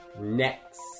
Next